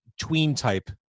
tween-type